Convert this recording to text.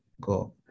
go